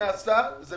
אדוני השר, זה